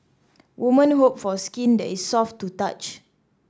woman hope for skin that is soft to touch